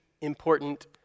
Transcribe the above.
important